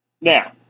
Now